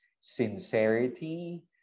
sincerity